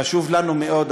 חשובה לנו מאוד,